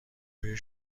بوی